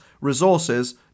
resources